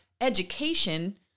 education